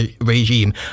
regime